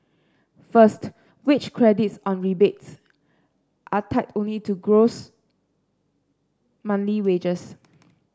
first wage credits or rebates are tied only to gross monthly wages